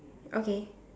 okay